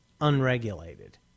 unregulated